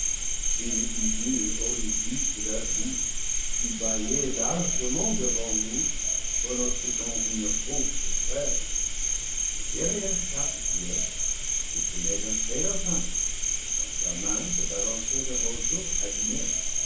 si le hideux orifice de leur bouche n'eût bâillé largement de vant nous pronostiquant une fausse trêve derrière chaque pièce se tenait un séraphin dans sa main se balançait un roseau allumé